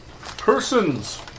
Persons